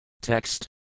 Text